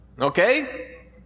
Okay